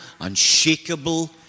unshakable